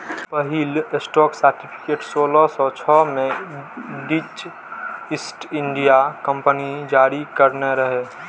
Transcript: पहिल stock certificate सोलह सय छह मे डच ईस्ट इंडिया कंपनी जारी करने रहै